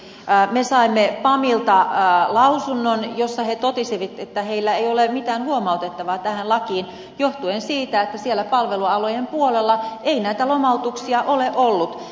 me saimme pamilta lausunnon jossa todettiin että sillä ei ole mitään huomautettavaa tähän lakiin johtuen siitä että siellä palvelualojen puolella ei näitä lomautuksia ole ollut